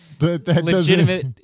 legitimate